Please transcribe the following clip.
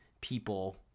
people